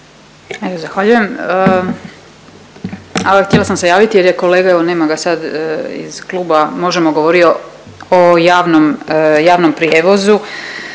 Zahvaljujem. Evo htjela sam javiti jer je kolega evo ga nema ga sad iz klub Možemo! govorio o javnom prijevozu